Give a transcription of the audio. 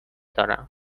دارم